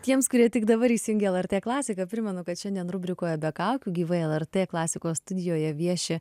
tiems kurie tik dabar įsijungė lrt klasiką primenu kad šiandien rubrikoje be kaukių gyvai lrt klasikos studijoje vieši